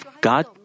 God